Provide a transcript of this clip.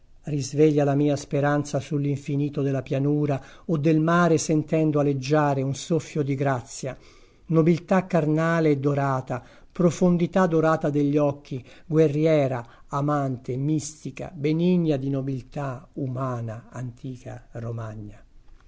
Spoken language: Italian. risveglia la mia speranza sull'infinito della pianura o del mare sentendo aleggiare un soffio di grazia nobiltà carnale e dorata profondità dorata degli occhi guerriera amante mistica benigna di nobiltà umana antica romagna